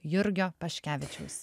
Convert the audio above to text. jurgio paškevičiaus